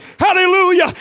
Hallelujah